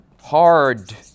Hard